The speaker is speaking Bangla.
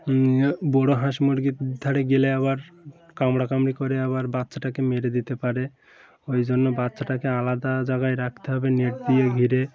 বড়ো হাঁস মুরগির ধারে গেলে আবার কামড় কামড়ি করে আবার বাচ্চাটাকে মেরে দিতে পারে ওই জন্য বাচ্চাটাকে আলাদা জায়গায় রাখতে হবে নেট দিয়ে ঘিরে